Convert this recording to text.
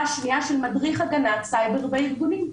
שנייה של מדריך הגנת סייבר בארגונים.